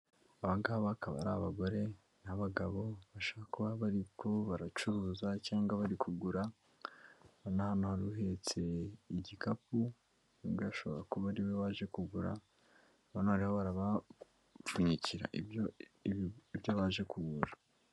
Aba ngaba akaba ari abagore n'abagabo bashobora kuba bariko baracuruza cyangwa bari kugura, ndabona hano hari uhetse igikapu, uyu nguyu ashobora kuba ari we waje kugura, ndabona bariho barabapfukira ibyo baje kugura.